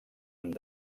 amb